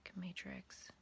matrix